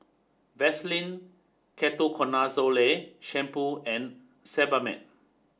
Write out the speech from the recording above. Vaselin Ketoconazole shampoo and Sebamed